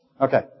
Okay